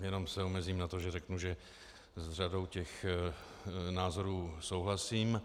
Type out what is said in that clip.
Jenom se omezím na to, že řeknu, že s řadou těch názorů souhlasím.